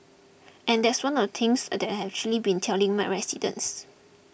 and that's one of the things that I've actually been telling my residents